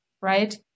right